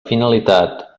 finalitat